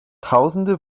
tausende